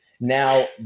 Now